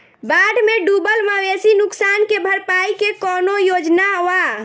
बाढ़ में डुबल मवेशी नुकसान के भरपाई के कौनो योजना वा?